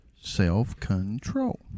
self-control